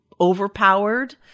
overpowered